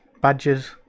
badges